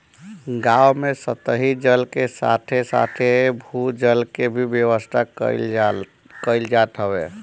गांव में सतही जल के साथे साथे भू जल के भी व्यवस्था कईल जात हवे